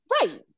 Right